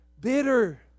bitter